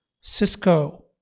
Cisco